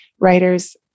writers